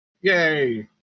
yay